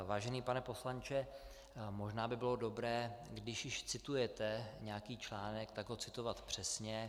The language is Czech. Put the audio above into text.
Vážený pane poslanče, možná by bylo dobré, když již citujete nějaký článek, tak ho citovat přesně.